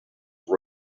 the